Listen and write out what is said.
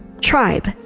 tribe